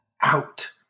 out